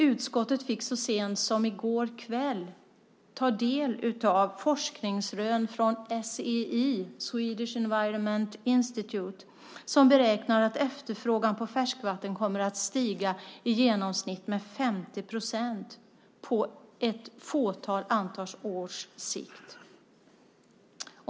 Utskottet fick så sent som i går kväll ta del av forskningsrön från SEI, Swedish Environment Institute, som beräknar att efterfrågan på färskvatten kommer att stiga med i genomsnitt 50 procent på ett fåtal års sikt.